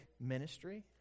ministry